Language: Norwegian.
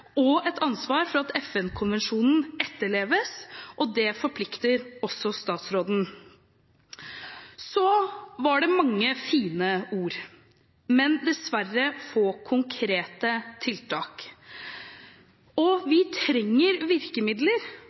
og et ansvar for at FN-konvensjonen etterleves. Det forplikter også statsråden. Det var mange fine ord, men dessverre få konkrete tiltak. Vi trenger virkemidler,